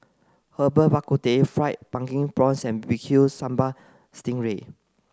Herbal Bak Ku Teh fried pumpkin prawns and B B Q Sambal Sting Ray